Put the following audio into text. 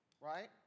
right